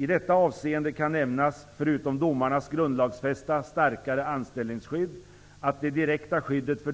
I detta avseende kan nämnas, förutom domarnas grundlagsfästa starkare anställningsskydd och det direkta skyddet för